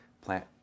plant